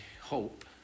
hope